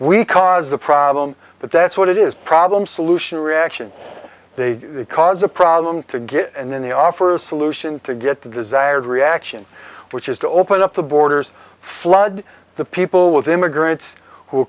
we caused the problem but that's what it is problem solution reaction they cause a problem to get and then the offer of solution to get the desired reaction which is to open up the borders flood the people with immigrants who